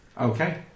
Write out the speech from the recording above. Okay